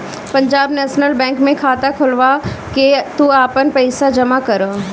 Punjab National Bank में खाता खोलवा के तू आपन पईसा जमा करअ